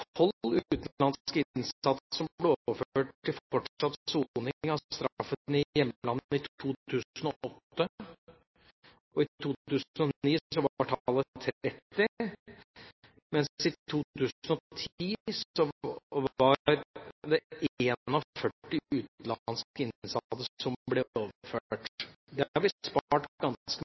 tolv utenlandske innsatte som ble overført til fortsatt soning av straffen i hjemlandet i 2008. I 2009 var tallet 30, mens i 2010 var det 41 utenlandske innsatte som ble overført. Det har vi spart ganske